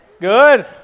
Good